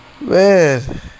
Man